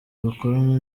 bakorana